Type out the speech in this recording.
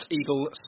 Eagle